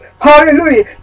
Hallelujah